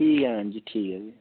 ठीक ऐ मैडम जी ठीक ऐ